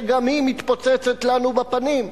שגם היא מתפוצצת לנו בפנים.